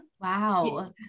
Wow